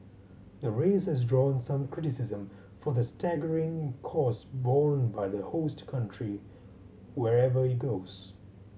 the race has drawn some criticism for the staggering cost borne by the host country wherever it goes